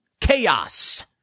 chaos